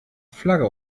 flagge